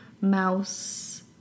Mouse